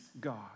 God